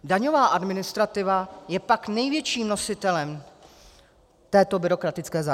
Daňová administrativa je pak největším nositelem této byrokratické zátěže.